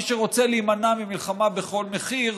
מי שרוצה להימנע ממלחמה בכל מחיר,